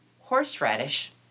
Horseradish